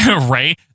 Ray